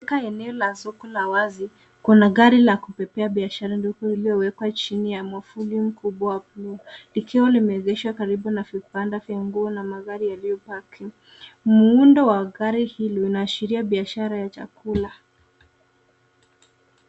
Eneo la soko la eneo la wazi. Kuna gari la kubebea biashara ndogo iliyowekwa chini ya mwavuli mkubwa wa bluu, likiwa limeegeshwa karibu na vibanda vya nguo na magari yaliyopaki. Muundo wa gari hili unaashiria biashara ya chakula.